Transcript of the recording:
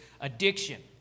addiction